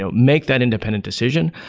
so make that independent decision,